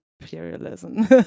Imperialism